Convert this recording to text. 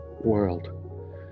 world